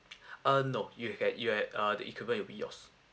uh no you uh the equipment will be yours